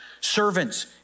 Servants